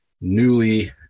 newly